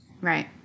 Right